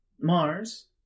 Mars